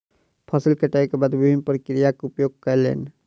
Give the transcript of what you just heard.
फसिल कटै के बाद विभिन्न प्रक्रियाक उपयोग कयलैन